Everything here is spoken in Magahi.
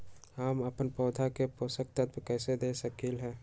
हम अपन पौधा के पोषक तत्व कैसे दे सकली ह?